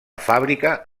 fàbrica